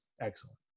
excellent